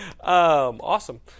Awesome